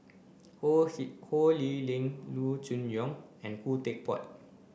Ho He Ho Lee Ling Loo Choon Yong and Khoo Teck Puat